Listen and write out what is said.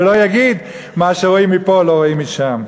ולא יגיד: מה שרואים מפה לא רואים משם.